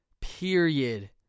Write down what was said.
Period